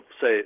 say